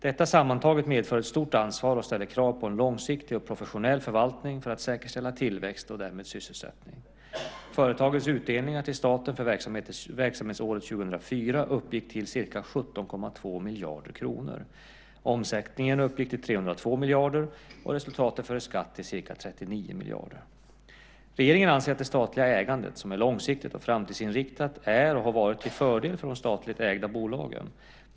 Detta sammantaget medför ett stort ansvar och ställer krav på en långsiktig och professionell förvaltning för att säkerställa tillväxt och därmed sysselsättning. Företagens utdelningar till staten för verksamhetsåret 2004 uppgick till ca 17,2 miljarder kronor. Omsättningen uppgick till 302 miljarder kronor och resultatet före skatt till ca 39 miljarder kronor. Regeringen anser att det statliga ägandet, som är långsiktigt och framtidsinriktat, är och har varit till fördel för de statligt ägda bolagen.